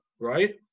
right